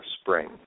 spring